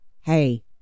hey